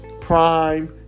prime